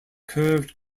curved